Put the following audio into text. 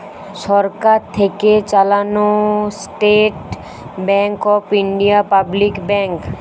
সরকার থেকে চালানো state bank of India public bank